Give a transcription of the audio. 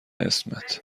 اسمت